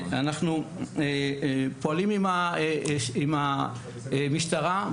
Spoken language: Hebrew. אנחנו פועלים עם המשטרה,